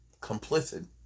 complicit